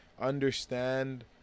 understand